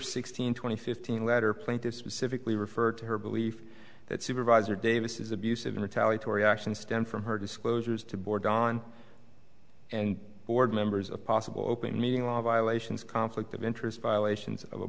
sixteenth twenty fifteen letter plaintiff's specifically referred to her belief that supervisor davis is abusive in retaliatory actions stem from her disclosures to board on and board members a possible open meeting law violations conflict of interest violations of a